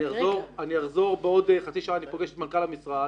אני אחזור בעוד חצי שעה, אני פוגש את מנכ"ל המשרד,